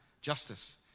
justice